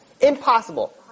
Impossible